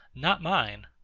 not mine.